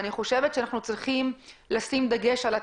אנחנו צריכים לשים דגש על הצעירים,